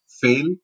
fail